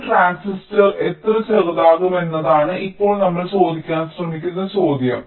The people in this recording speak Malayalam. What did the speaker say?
ഒരു ട്രാൻസിസ്റ്റർ എത്ര ചെറുതാകുമെന്നതാണ് ഇപ്പോൾ നമ്മൾ ചോദിക്കാൻ ശ്രമിക്കുന്ന ചോദ്യം